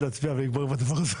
להצבעה.